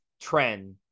Trend